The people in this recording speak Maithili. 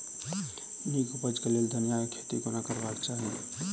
नीक उपज केँ लेल धनिया केँ खेती कोना करबाक चाहि?